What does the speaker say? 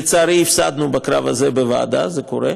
לצערי, הפסדנו בקרב הזה בוועדה, זה קורה,